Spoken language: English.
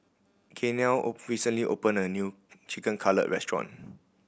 Gaynell recently opened a new Chicken Cutlet Restaurant